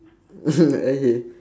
okay